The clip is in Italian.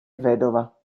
vedova